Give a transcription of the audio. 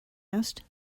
asked